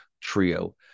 trio